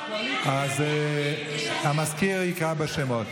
אז המזכיר יקרא בשמות.